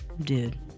Dude